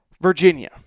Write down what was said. Virginia